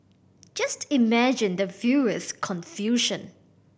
just imagine the viewer's confusion